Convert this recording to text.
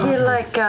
like